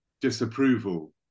disapproval